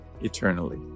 eternally